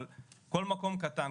אבל כל מקום קטן,